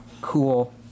cool